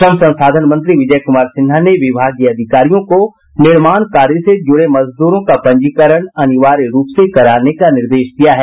श्रम संसाधन मंत्री विजय कुमार सिन्हा ने विभागीय अधिकारियों को निर्माण कार्य से जुड़े मजदूरों का पंजीकरण अनिवार्य रूप से कराने का निर्देश दिया है